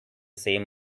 same